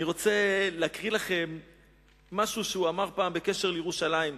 אני רוצה להקריא לכם משהו שהוא אמר פעם בעניין ירושלים.